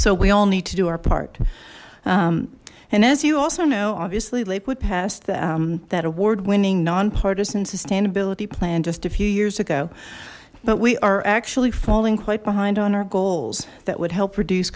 so we all need to do our part and as you also know obviously lakewood passed that award winning nonpartisan sustainability plan just a few years ago but we are actually falling quite behind on our goals that would help reduce